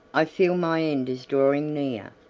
i feel my end is drawing near,